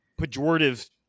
pejorative